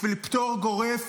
בשביל פטור גורף,